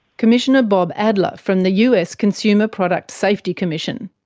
commissioner bob adler, from the us consumer product safety commission.